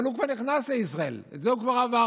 אבל הוא כבר נכנס לישראל, את זה הוא כבר עבר.